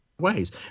ways